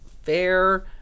fair